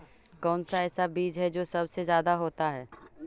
कौन सा ऐसा बीज है जो सबसे ज्यादा होता है?